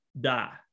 die